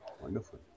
wonderful